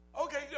Okay